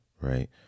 Right